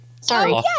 Sorry